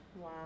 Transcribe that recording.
Wow